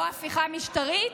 לא הפיכה משטרית,